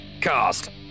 Cast